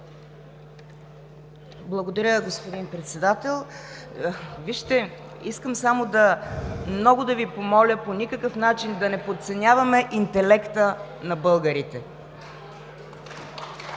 Благодаря, господин Председател. Искам много да Ви помоля по никакъв начин да не подценяваме интелекта на българите.